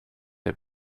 der